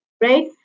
right